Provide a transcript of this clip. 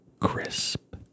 crisp